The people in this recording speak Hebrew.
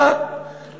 בא,